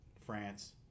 France